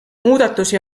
muudatusi